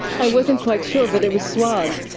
i wasn't quite sure, but it was swag.